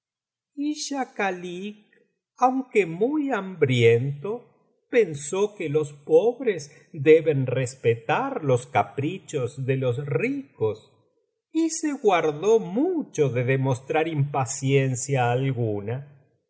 schakalik aunque muy hambriento pensó que los pobres deben respetar los caprichos de los ricosj y se guardó mucho de demostrar impaciencia alguna